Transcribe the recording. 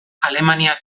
alemania